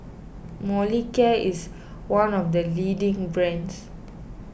Molicare is one of the leading brands